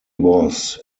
was